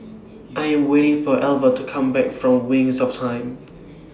I Am waiting For Elva to Come Back from Wings of Time